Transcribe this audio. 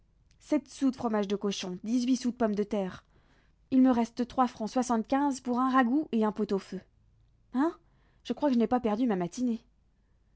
sept sous de fromage de cochon dix-huit sous de pommes de terre il me reste trois francs soixante-quinze pour un ragoût et un pot-au-feu hein je crois que je n'ai pas perdu ma matinée